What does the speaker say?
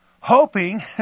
Hoping